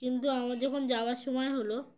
কিন্তু আমার যখন যাওয়ার সময় হলো